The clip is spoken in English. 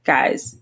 Guys